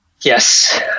Yes